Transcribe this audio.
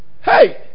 hey